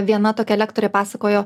viena tokia lektorė pasakojo